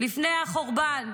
לפני החורבן